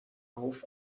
auf